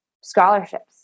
scholarships